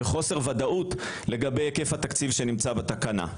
בחוסר ודאות לגבי היקף התקציב שנמצא בתקנה.